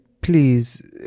please